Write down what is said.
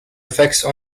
effects